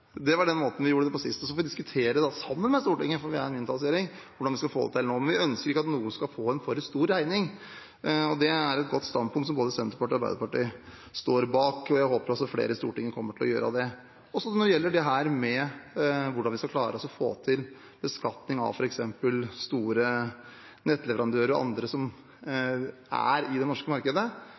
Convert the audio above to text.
Det var den måten vi gjorde det på sist. Så får vi diskutere, sammen med Stortinget, for vi er en mindretallsregjering, hvordan vi skal få det til nå, men vi ønsker ikke at noen skal få en for stor regning, og det er godt standpunkt som både Senterpartiet og Arbeiderpartiet står bak. Jeg håper også flere i Stortinget kommer til å gjøre det. Når det gjelder hvordan vi skal klare å få til beskatning av f.eks. store nettleverandører og andre som er i det norske markedet,